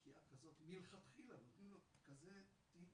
מלכתחילה נותנים לו כזה תיק,